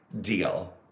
deal